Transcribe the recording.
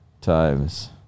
times